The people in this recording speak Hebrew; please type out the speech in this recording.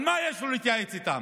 על מה יש לו להתייעץ איתם?